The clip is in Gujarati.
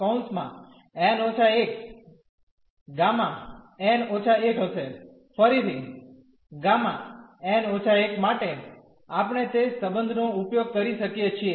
ફરીથી Γ n − 1 માટે આપણે તે સંબંધનો ઉપયોગ કરી શકીએ છીએ